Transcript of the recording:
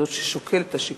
היא זאת ששוקלת את השיקולים,